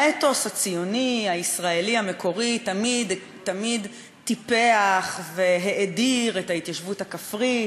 האתוס הציוני הישראלי המקורי תמיד טיפח והאדיר את ההתיישבות הכפרית,